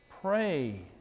pray